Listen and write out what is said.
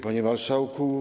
Panie Marszałku!